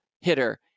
hitter